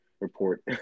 report